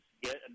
get